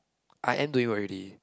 I am doing work already